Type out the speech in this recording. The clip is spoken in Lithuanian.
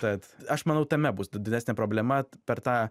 tad aš manau tame bus didesnė problema per tą